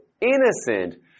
innocent